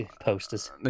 posters